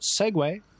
segue